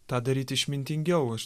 tą daryti išmintingiau aš